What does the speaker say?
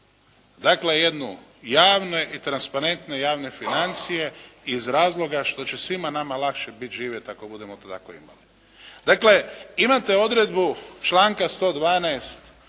Dakle jedne javne i transparentne javne financija iz razloga što će svima nama lakše biti živjeti ako budemo to tako imali. Dakle imate odredbu članka 112.